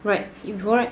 right eat before right